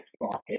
market